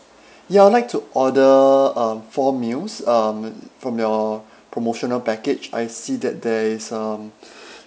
ya I'd like to order um four meals um from your promotional package I see that there is um